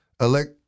elect